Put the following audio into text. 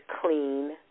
clean